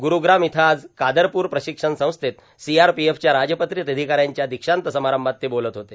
ग्रुग्राम इथं आज कादरपूर प्र्राशक्षण संस्थेत सीआरपीएफच्या राजपत्रित र्आधकाऱ्यांच्या दोक्षांत समारंभात ते बोलत होते